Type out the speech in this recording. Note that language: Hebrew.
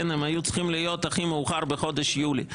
הן היו צריכות להיות הכי מאוחר בחודש יולי,